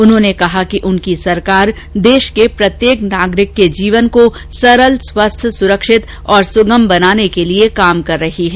उन्होंने कहा कि उनकी सरकार देष के प्रत्येक नागरिक के जीवन को सरल स्वस्थ सुरक्षित और सुगम बनाने के लिए काम कर रही है